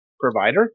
provider